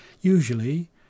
Usually